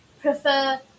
prefer